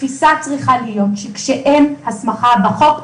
התפיסה צריכה להיות שכשאין הסמכה בחוק,